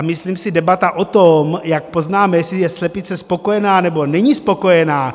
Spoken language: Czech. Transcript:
Myslím si, že debata o tom, jak poznáme, jestli je slepice spokojená, nebo není spokojená...